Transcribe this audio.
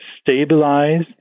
stabilize